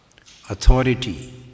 authority